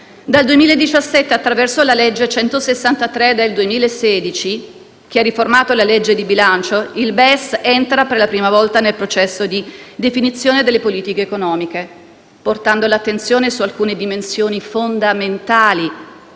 Dal 2017 attraverso la legge n. 163 del 2016, che ha riformato la legge di bilancio, il BES entra per la prima volta nel processo di definizione delle politiche economiche, portando l'attenzione su alcune dimensioni fondamentali